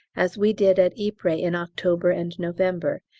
as we did at ypres in october and november,